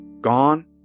Gone